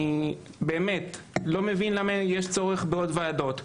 אני לא מבין למה יש צורך בעוד ועדות.